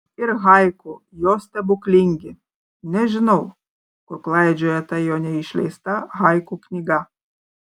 ir haiku jo stebuklingi nežinau kur klaidžioja ta jo neišleista haiku knyga